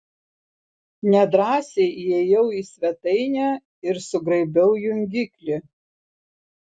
nedrąsiai įėjau į svetainę ir sugraibiau jungiklį